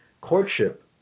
courtship